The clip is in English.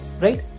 Right